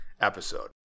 episode